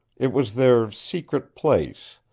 it was their secret place,